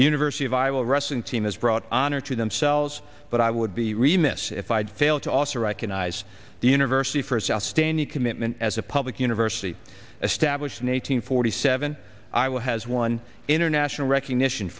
university of iowa wrestling team has brought honor to themselves but i would be remiss if i had failed to also recognize the university first outstanding commitment as a public university established in eight hundred forty seven i will has won international recognition